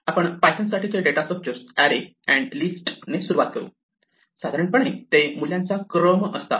आपण पायथन साठीचे data structure array and list ने सुरुवात करू साधारणपणे ते मूल्यांचा क्रम असतात